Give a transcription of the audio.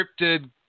scripted